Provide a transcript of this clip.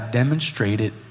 demonstrated